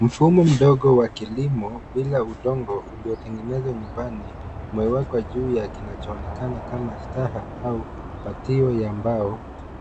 Mfumo mdogo wa kilimo bila udongo uliotengenezwa nyumbani, umewekwa juu ya kinachoonekana kama staha au batio ya mbao.